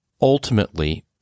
ultimately